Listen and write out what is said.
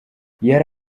yari